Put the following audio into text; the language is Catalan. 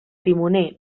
timoner